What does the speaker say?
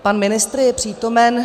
Pan ministr je přítomen.